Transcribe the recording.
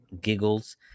giggles